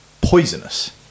Poisonous